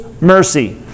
mercy